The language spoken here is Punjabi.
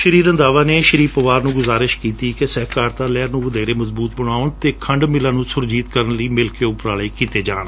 ਸ਼ੀ ਰੰਧਾਵਾ ਨੇ ਸ਼ੀ ਪਵਾਰ ਨੂੰ ਗੁਜਾਰਿਸ਼ ਕੀਤੀ ਕਿ ਸਹਿਕਾਰਤਾ ਲਹਿਰ ਨੂੰ ਵਧੇਰੇ ਮਜਬੂਤ ਬਣਾਉਣ ਅਤੇ ਖੰਡ ਮਿੱਲਾਂ ਨੰ ਸੁਰਜੀਤ ਕਰਣ ਲਈ ਮਿਲ ਕੇ ਉਪਰਾਲੇ ਕੀਤੇ ਜਾਣ